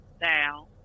down